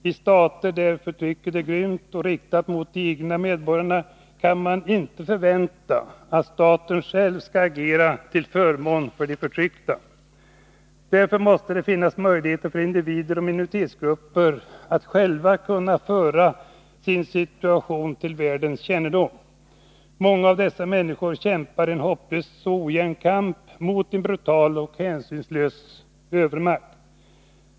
I stater där förtrycket är grymt och riktat mot de egna medborgarna kan man inte förvänta att staten själv skall agera till förmån för de förtryckta. Därför måste det finnas möjligheter för individer och minoritetsgrupper att själva föra sin situation till världens kännedom. Många av dessa människor för en hopplös och ojämn kamp mot en brutal och hänsynslös övermakt.